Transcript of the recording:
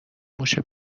موش